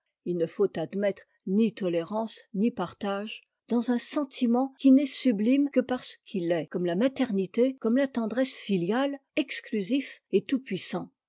i ne faut admettre ni tolérance ni partage dans un sentiment qui n'est sublime que parce qu'il est comme la maternité comme la tendresse filiale exclusif et